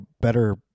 better